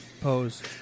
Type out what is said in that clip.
pose